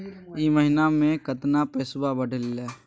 ई महीना मे कतना पैसवा बढ़लेया?